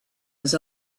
was